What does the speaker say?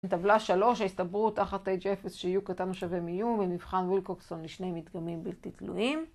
מטבלה שלוש ההסתברות תחת H אפס שU קטן ושווה מU ומבחן וילקוקסון לשני מתגמים בלתי תלויים